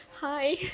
hi